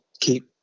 keep